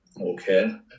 Okay